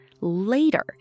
later